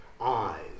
eyes